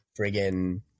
friggin